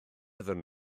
iddyn